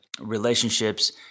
relationships